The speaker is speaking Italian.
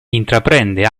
intraprende